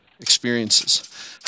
experiences